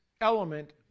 element